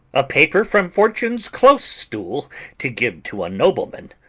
a paper from fortune's close-stool to give to a nobleman!